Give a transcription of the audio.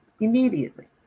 immediately